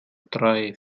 drei